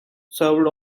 served